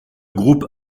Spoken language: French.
groupe